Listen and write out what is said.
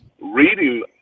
reading